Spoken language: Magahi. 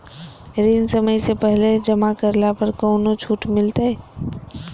ऋण समय से पहले जमा करला पर कौनो छुट मिलतैय?